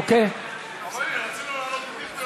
תודה לחבר הכנסת זוהיר בהלול.